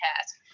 task